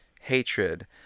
hatred